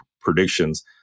predictions